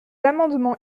amendements